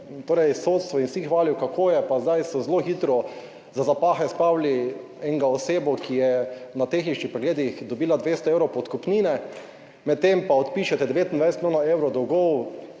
torej sodstvo in vsi hvalijo, kako je pa zdaj, so zelo hitro za zapahe spravili enega osebo, ki je na tehničnih pregledih dobila 200 evrov podkupnine, medtem pa odpišete 29 milijonov evrov dolgov